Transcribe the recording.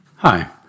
Hi